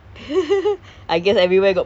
okay lah I mean it depends lah